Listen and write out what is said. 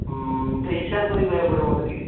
ହିସାବ କରିକି କହିବାକୁ ପଡ଼ିବ ମୋତେ ଟିକିଏ